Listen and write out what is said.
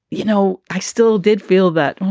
you know, i still did feel that.